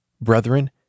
Brethren